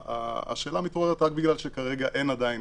השאלה מתעוררת רק בגלל שכרגע אין עדיין